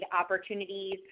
opportunities